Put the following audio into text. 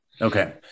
Okay